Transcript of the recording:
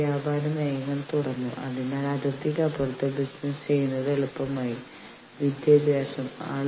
അതിനാൽ ഭയപ്പെടുത്തുക എന്നതിനർത്ഥം ആരെയെങ്കിലും ഭീഷണിപ്പെടുത്തുന്നതിനേക്കാൾ അല്പം വ്യത്യസ്തമാണ്